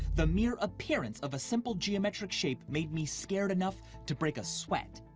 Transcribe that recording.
the mere appearance of a simple geometric shape made me scared enough to break a sweat.